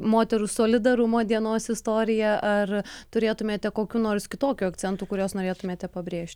moterų solidarumo dienos istoriją ar turėtumėte kokių nors kitokių akcentų kuriuos norėtumėte pabrėžt